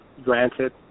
granted